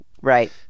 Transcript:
right